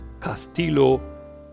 Castillo